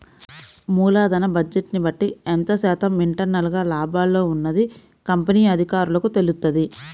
మూలధన బడ్జెట్ని బట్టి ఎంత శాతం ఇంటర్నల్ గా లాభాల్లో ఉన్నది కంపెనీ అధికారులకు తెలుత్తది